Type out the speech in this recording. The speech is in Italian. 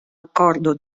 accordo